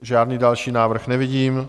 Žádný další návrh nevidím.